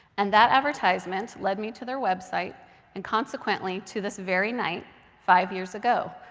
and that advertisement led me to their website and, consequently, to this very night five years ago.